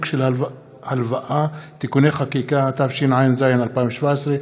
של הלוואה (תיקוני חקיקה) התשע"ז 2017,